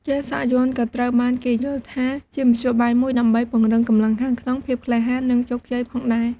ការសាក់យ័ន្តក៏ត្រូវបានគេយល់ថាជាមធ្យោបាយមួយដើម្បីពង្រឹងកម្លាំងខាងក្នុង ភាពក្លាហាន និងជោគជ័យផងដែរ។